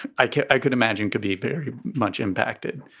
i could i could imagine could be very much impacted.